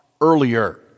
earlier